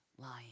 lying